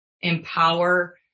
empower